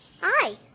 Hi